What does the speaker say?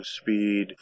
speed